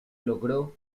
logró